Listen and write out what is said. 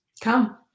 Come